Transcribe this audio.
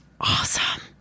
awesome